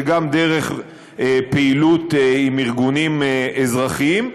זה גם דרך פעילות עם ארגונים אזרחיים,